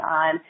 on